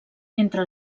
entre